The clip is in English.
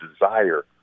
desire